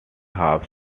half